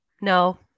no